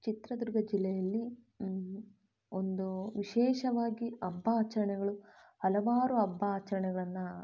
ಚಿತ್ರದುರ್ಗ ಜಿಲ್ಲೆಯಲ್ಲಿ ಒಂದು ವಿಶೇಷವಾಗಿ ಹಬ್ಬ ಆಚರಣೆಗಳು ಹಲವಾರು ಹಬ್ಬ ಆಚರಣೆಗಳನ್ನ